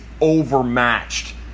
overmatched